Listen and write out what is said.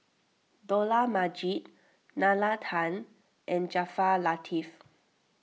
Dollah Majid Nalla Tan and Jaafar Latiff